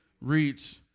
reach